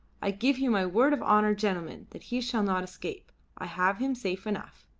i give you my word of honour, gentlemen, that he shall not escape i have him safe enough.